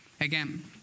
again